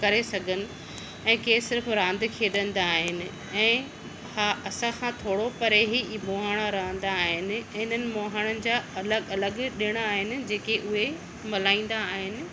करे सघनि ऐं के सिर्फ़ु रांदि खेॾींदा आहिनि ऐं हा असांखा थोरो परे ई मोहाणा रहंदा आहिनि हिननि मोहाणनि जा अलगि॒ अलगि॒ ॾिण आहिनि जेके उहे मल्हाइंदा आहिनि